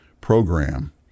program